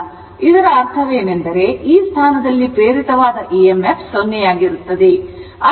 ಆದ್ದರಿಂದ ಇದರ ಅರ್ಥವೇನೆಂದರೆ ಈ ಸ್ಥಾನದಲ್ಲಿ ಪ್ರೇರಿತವಾದ emf 0 ಆಗಿರುತ್ತದೆ